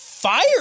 Fire